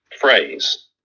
phrase